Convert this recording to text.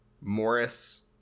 Morris